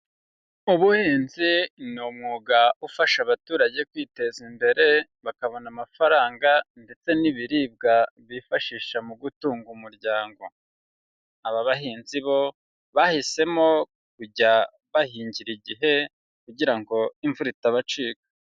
Ubuhinzi ni umwuga ufasha abaturage kwiteza imbere bakabona amafaranga ndetse n'ibiribwa bifashisha mu gutunga umuryango, aba bahinzi bo bahisemo kujya bahingira igihe kugira ngo imvura itabacika.